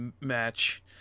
match